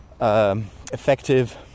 effective